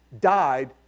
died